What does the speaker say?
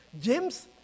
James